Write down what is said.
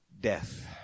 death